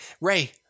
Ray